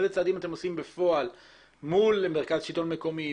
איזה צעדים אתם עושים בפועל מול מרכז שלטון מקומי,